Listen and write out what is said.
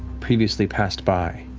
previously passed by,